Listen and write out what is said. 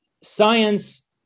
science